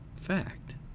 fact